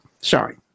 sorry